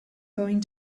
going